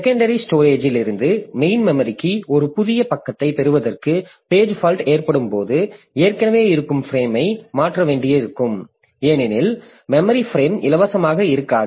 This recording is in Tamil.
செகோண்டரி ஸ்டோரேஜ்லிருந்து மெயின் மெமரிற்கு ஒரு புதிய பக்கத்தைப் பெறுவதற்கு பேஜ் பால்ட் ஏற்படும் போது ஏற்கனவே இருக்கும் பிரேம்ஐ மாற்ற வேண்டியிருக்கும் ஏனெனில் மெமரி பிரேம் இலவசமாக இருக்காது